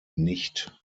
nicht